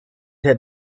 had